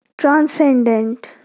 transcendent